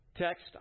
text